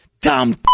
dumb